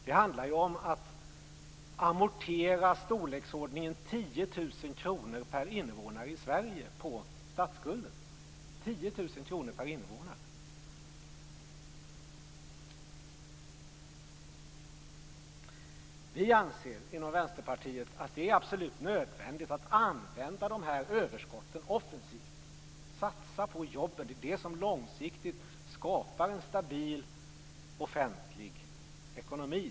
Det handlar om att amortera i storleksordningen Vi anser i Vänsterpartiet att det är absolut nödvändigt att använda överskotten offensivt, att satsa på jobben. Det är det som långsiktigt skapar en stabil offentlig ekonomi.